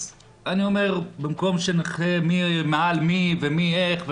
אני אומר במקום שנחפש מי מעל מי ומי איך,